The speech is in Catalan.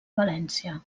valència